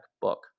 book